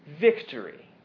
victory